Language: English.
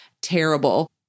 terrible